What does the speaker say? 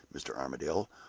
mr. armadale,